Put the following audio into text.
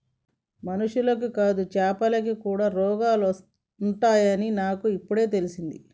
మనుషులకే కాదు చాపలకి కూడా రోగాలు ఉంటాయి అని నాకు ఇపుడే తెలిసింది